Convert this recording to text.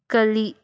ಕಲಿ